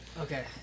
okay